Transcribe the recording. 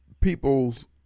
people's